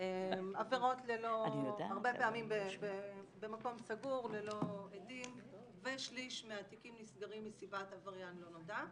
עבירות במקום סגור ללא עדים ושליש מהתיקים נסגרים מסיבת עבריין לא נודע.